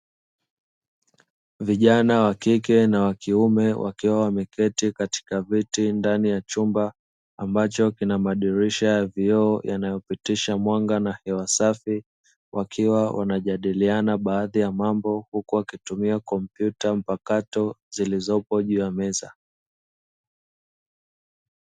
Vijana wa kike na wakiume wakiwa wameketi katika viti ndani ya chumba ambapo kuna madirisha ya vioo yanayopitisha mwanga na hewa safi, wakiwa wanajadiliana baadhi ya mambo, huku wakitumia kompyuta mpakato zilizopo juu ya meza.